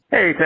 Hey